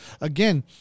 again